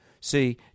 See